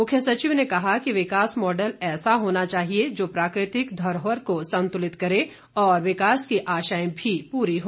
मुख्य सचिव ने कहा किा विकास मॉडल ऐसा होना चाहिए जो प्राकृतिक धरोहर को संतुलित करे और विकास की आशाएं भी पूरी हो